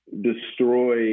destroy